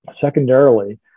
Secondarily